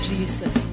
Jesus